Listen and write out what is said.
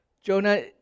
Jonah